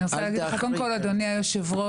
אני רוצה להגיד לך אדוני היושב-ראש,